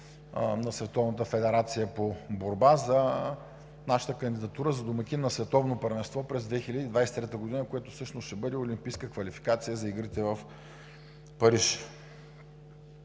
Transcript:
на Световната федерация по борба за нашата кандидатура за домакин на Световно първенство през 2023 г., което всъщност ще бъде олимпийска квалификация за игрите в Париж.